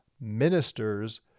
ministers